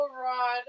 rod